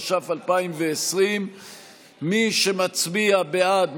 התש"ף 2020. מי שמצביע בעד,